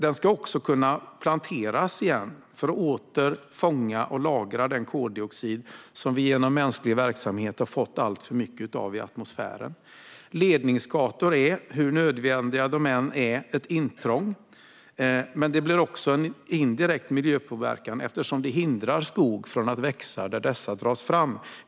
Den ska också kunna återplanteras för att åter fånga och lagra den koldioxid som vi genom mänsklig verksamhet har fått alltför mycket av i atmosfären. Ledningsgator är ett intrång, hur nödvändiga de än är, men de ger också en indirekt miljöpåverkan, eftersom de hindrar skog från att växa där de dras fram.